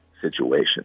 situation